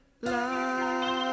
life